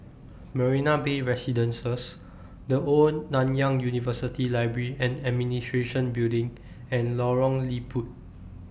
Marina Bay Residences The Old Nanyang University Library and Administration Building and Lorong Liput